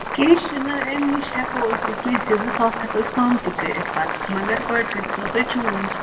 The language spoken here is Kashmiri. کیٚنٛہہ چھُنہٕ أمۍ نِش ہٮ۪کو أسۍ کیٚنٛہہ تہِ زٕ ساس ہٮ۪کو أسۍ کَم تہِ کٔرِتھ پَتہٕ مگر گۄڈٕ کٔرۍ تو تُہۍ چوٗز